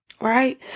right